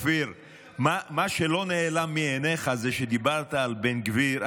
מה שלא נעלם מעיניך הוא שדיברת על בן גביר,